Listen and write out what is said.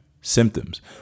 Symptoms